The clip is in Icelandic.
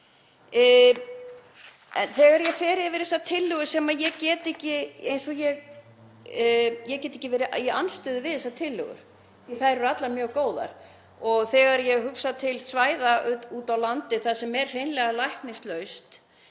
Þegar ég fer yfir þessar tillögur get ég ekki verið í andstöðu við þær því að þær eru allar mjög góðar. Þegar ég hugsa til svæða úti á landi sem eru hreinlega læknislaus,